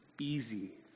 easy